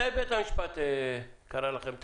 מתי בית המשפט קרא לכם לתקן?